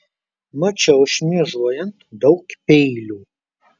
mačiau šmėžuojant daug peilių